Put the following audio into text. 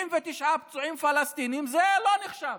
79 פצועים פלסטינים זה לא נחשב,